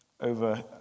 over